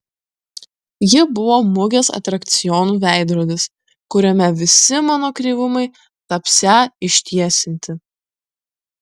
ji buvo mugės atrakcionų veidrodis kuriame visi mano kreivumai tapsią ištiesinti